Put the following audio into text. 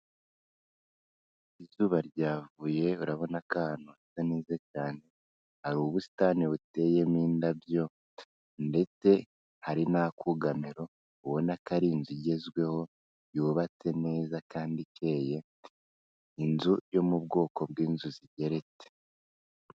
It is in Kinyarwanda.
Izuba ryavuye urabona ko ahantu hasa neza cyane, hari ubusitani buteyemo indabyo ndetse hari n'akugamiro, ubona ko ari inzu igezweho yubatse neza kandi ikeye, inzu yo mu bwoko bw'inzu zigeretse.